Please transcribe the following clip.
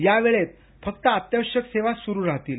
यावेळेत फक्त अत्यावश्यक सेवा सुरु राहतील